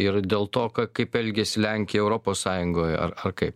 ir dėl to ka kaip elgiasi lenkija europos sąjungoj ar kaip